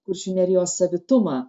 kuršių nerijos savitumą